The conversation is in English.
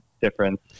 difference